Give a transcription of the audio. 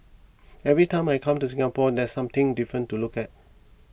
every time I come to Singapore there's something different to look at